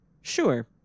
Sure